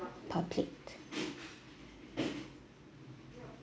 per plate